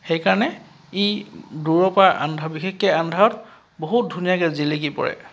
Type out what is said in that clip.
সেইকাৰণে ই দূৰৰপৰা বিশেষকৈ আন্ধাৰত বহুত ধুনীয়াকৈ জিলিকি পৰে